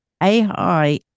AI